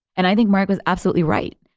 and i think mark was absolutely right.